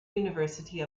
university